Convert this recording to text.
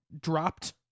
dropped